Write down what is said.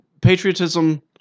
patriotism